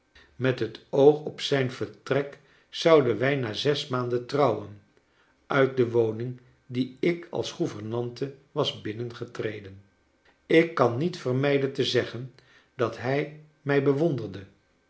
met het oog op zijn vertrek zouden wij na zes maanden trouwen uit de woning die ik als gouvernante was binnengetreden ik kan niet vermijden te zeggen dat hij mij bewonderde